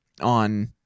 on